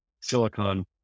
silicon